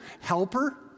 helper